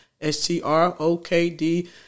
S-T-R-O-K-D